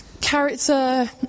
character